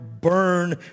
burn